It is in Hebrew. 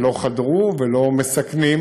ולא חדרו ולא מסכנים.